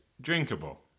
drinkable